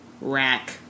Rack